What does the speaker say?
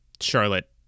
charlotte